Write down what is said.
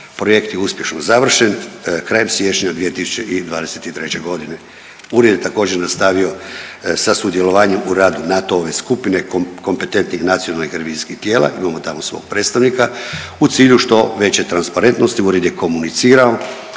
Projekt je uspješno završen krajem siječnja 2023.g.. Ured je također nastavio sa sudjelovanjem u radu NATO-ove skupine kompetentnih nacionalnih revizijskih tijela, imamo tamo svog predstavnika, u cilju što veće transparentnosti. Ured je komunicirao